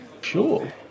Sure